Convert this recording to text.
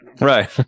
Right